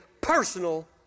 personal